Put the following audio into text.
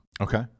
okay